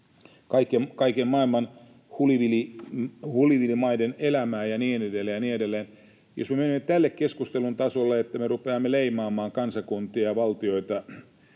”kaiken maailman hulivilimaiden elämää” ja niin edelleen ja niin edelleen. Jos me menemme tälle keskustelun tasolle, että me rupeamme leimaamaan kansakuntia ja valtioita